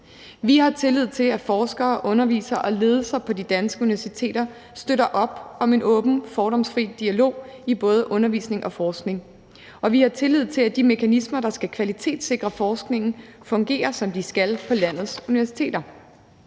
Vi har tillid til, at forskere, undervisere og ledelser på de danske universiteter støtter op om en åben og fordomsfri dialog i både undervisningen og forskningen, og vi har tillid til, at de mekanismer, der skal kvalitetssikre forskningen, fungerer, som de skal, på landets universiteter.